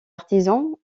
artisans